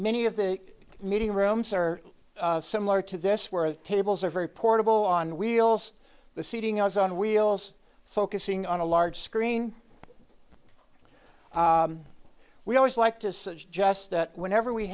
many of the meeting rooms are similar to this where the tables are very portable on wheels the seating us on wheels focusing on a large screen we always like to suggest that whenever we